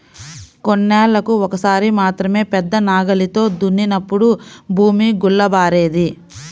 కొన్నేళ్ళకు ఒక్కసారి మాత్రమే పెద్ద నాగలితో దున్నినప్పుడు భూమి గుల్లబారేది